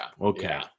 Okay